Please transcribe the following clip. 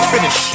Finish